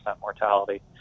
mortality